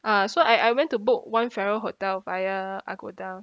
uh so I I went to book one farrer hotel via agoda